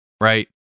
right